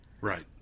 Right